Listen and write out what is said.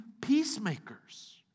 peacemakers